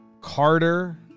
Carter